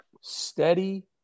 steady